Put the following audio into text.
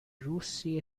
russi